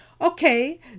Okay